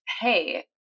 hey